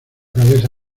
cabeza